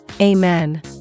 Amen